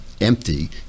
empty